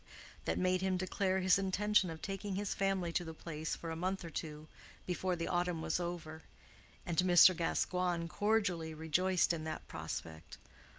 that made him declare his intention of taking his family to the place for a month or two before the autumn was over and mr. gascoigne cordially rejoiced in that prospect.